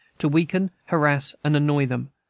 to weaken, harass, and annoy them,